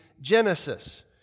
Genesis